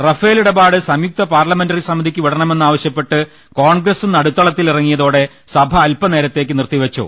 Rafale ഇടപാട് സംയുക്ത parliamentary സമിതിക്ക് വിട ണമെന്നാവശ്യപ്പെട്ട് കോൺഗ്രസും നടുത്തളത്തിലിറങ്ങിയതോടെ സഭ അൽപനേരത്തേക്ക് നിർത്തിവെച്ചു